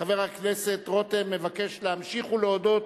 חבר הכנסת רותם מבקש להמשיך ולהודות